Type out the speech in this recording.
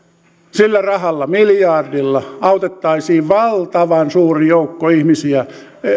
sillä rahalla miljardilla autettaisiin valtavan suuri joukko ihmisiä